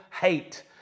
hate